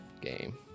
game